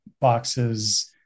boxes